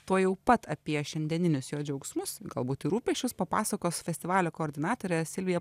tuojau pat apie šiandieninius jo džiaugsmus galbūt ir rūpesčius papasakos festivalio koordinatorė silvija